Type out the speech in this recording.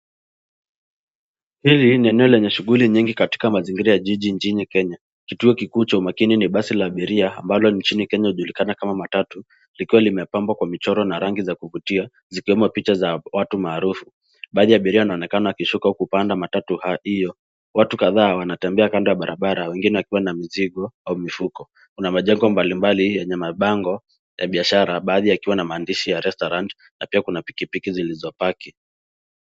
Hili ni eneo lenye shughuli nyingi katika mazingira ya jiji mjini Kenya. Kituo kikuu cha umakini ni basi la abiria ambalo nchini Kenya hujulikana kama matatu, likiwa limepambwa kwa michoro na rangi za kuvutia zikiwemo picha za watu maarufu. Baadhi ya abiria wanaonekana wakishuka huku wakipanda matatu hiyo. Watu kadhaa wanatembea kando ya barabara wengine wakiwa na mzigo au mifuko. Kuna majengo mbali mbali yenye mabango ya biashara baadhi yakiwa na maandishi ya restaurant na pia kuna pikipiki zilizopaki.